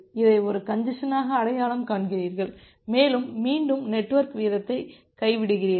இதை ஒரு கஞ்ஜசனாக அடையாளம் காண்கிறீர்கள் மேலும் மீண்டும் நெட்வொர்க் வீதத்தை கைவிடுகிறீர்கள்